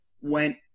Went